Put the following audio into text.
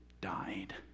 died